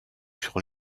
sur